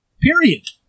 Period